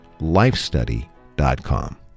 lifestudy.com